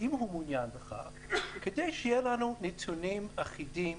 אם הוא מעוניין בכך כדי שיהיו לנו נתונים אחידים,